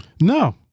No